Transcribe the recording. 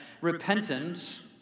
Repentance